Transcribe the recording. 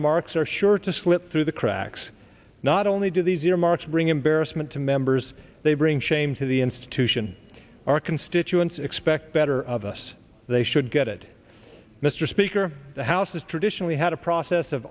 earmarks are sure to slip through the cracks not only do these earmarks bring embarrassment to members they bring shame to the institution our constituents expect better of us they should get it mr speaker the house has traditionally had a process of